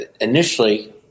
initially